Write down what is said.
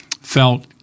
felt